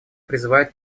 призывают